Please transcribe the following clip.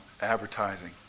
advertising